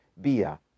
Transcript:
Bia